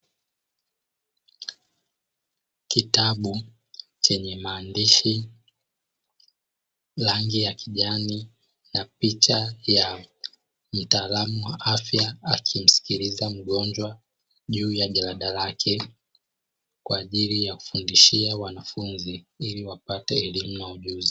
Kitabu chenye maandishi rangi ya kijani na picha ya mtaalamu wa afya akimsikiliza mgonjwa juu ya jalada lake, kwa ajili ya kufundishia wanafunzi ili wapate elimu na ujuzi.